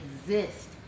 exist